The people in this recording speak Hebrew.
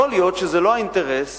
יכול להיות שזה לא האינטרס